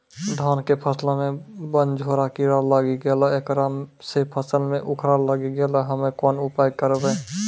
धान के फसलो मे बनझोरा कीड़ा लागी गैलै ऐकरा से फसल मे उखरा लागी गैलै हम्मे कोन उपाय करबै?